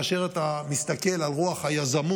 כאשר אתה מסתכל על רוח היזמות,